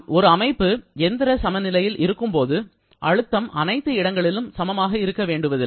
ஒரு அமைப்பு எந்திர சமநிலையில் இருக்கும்போது அழுத்தம் அனைத்து இடங்களிலும் சமமாக இருக்க வேண்டுவதில்லை